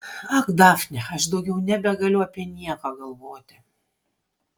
ak dafne aš daugiau nebegaliu apie nieką galvoti